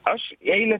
aš eilę